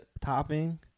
topping